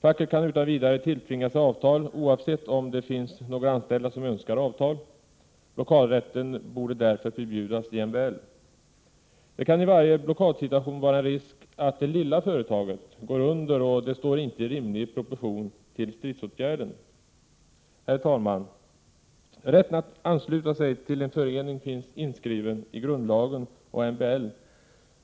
Facket kan utan vidare tilltvinga sig avtal, oavsett om det finns några anställda som önskar avtal. Blockadrätten borde därför förbjudas i MBL. Det kan i varje blockadsituation vara en risk för att det lilla företaget går under, och detta står inte i rimlig proportion till stridsåtgärden. Herr talman! Rätten att ansluta sig till en förening finns inskriven i grundlagen och MBL.